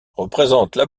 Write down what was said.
représentent